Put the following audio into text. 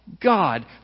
God